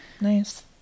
Nice